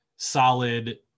solid